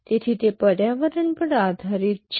તેથી તે પર્યાવરણ પર આધારિત છે